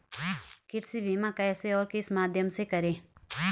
कृषि बीमा कैसे और किस माध्यम से करें?